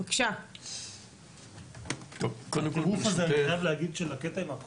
אז קודם כל ברשותך אני אודה לקרן על הדברים שלה וגם